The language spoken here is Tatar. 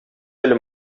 әле